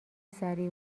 سریع